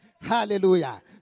Hallelujah